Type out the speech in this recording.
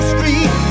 Street